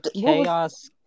Chaos